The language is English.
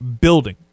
building